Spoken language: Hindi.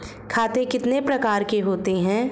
खाते कितने प्रकार के होते हैं?